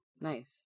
Nice